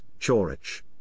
Chorich